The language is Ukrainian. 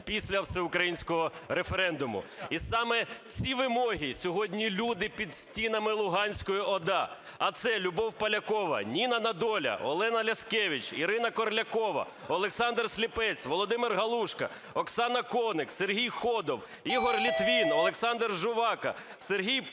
після всеукраїнського референдуму. І саме ці вимоги сьогодні люди під стінами Луганської ОДА, а це Любов Полякова, Ніна Недоля, Олена Ляскевич, Ірина Корлякова, Олександр Сліпець, Володимир Галушко, Оксана Коник, Сергій Ходов, Ігор Литвин, Олександр Жувака, Сергій Паюнов,